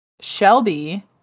Shelby